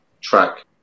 track